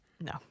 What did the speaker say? No